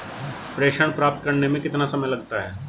प्रेषण प्राप्त करने में कितना समय लगता है?